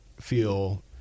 feel